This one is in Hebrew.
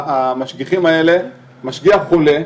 משגיח חולה,